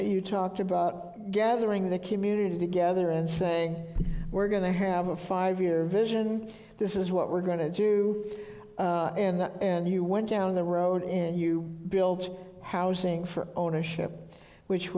you talked about gathering the community together and saying we're going to have a five year vision this is what we're going to do and you went down the road and you built housing for ownership which